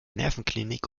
nervenklinik